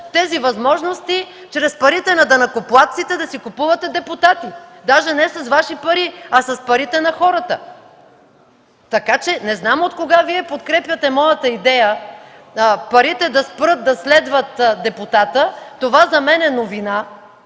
тези възможности – чрез парите на данъкоплатците да си купувате депутати, даже не с Ваши пари, а с парите на хората. Така че не знам откога Вие подкрепяте моята идея парите да спрат да следват депутата? Това за мен е новина,